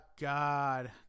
God